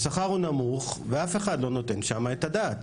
השכר הוא נמוך ואף אחד לא נותן שם את הדעת.